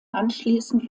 anschließend